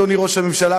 אדוני ראש הממשלה,